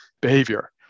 behavior